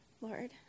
Lord